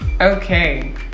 okay